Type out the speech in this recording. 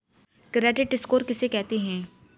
Credit score किसे कहते हैं?